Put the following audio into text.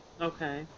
Okay